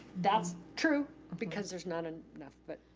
that's true because there's not and enough, but.